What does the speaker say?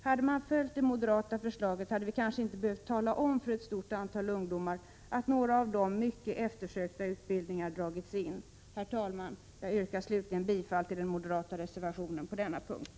Hade man följt det moderata förslaget hade vi kanske inte behövt tala om för ett stort antal ungdomar att några mycket eftersökta utbildningar dragits in. Herr talman! Jag yrkar slutligen bifall till den moderata reservationen på denna punkt.